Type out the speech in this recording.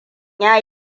ya